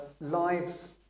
lives